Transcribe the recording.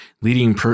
leading